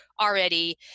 already